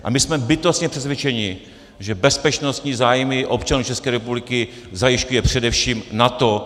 A my jsme bytostně přesvědčeni, že bezpečnostní zájmy občanů České republiky zajišťuje především NATO.